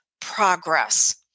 progress